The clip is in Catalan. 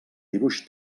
dibuix